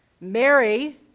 Mary